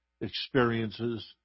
experiences